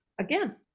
again